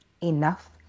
enough